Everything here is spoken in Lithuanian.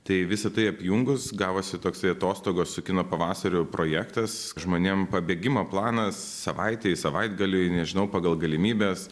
tai visa tai apjungus gavosi toksai atostogos su kino pavasariu projektas žmonėm pabėgimo planas savaitei savaitgaliui nežinau pagal galimybes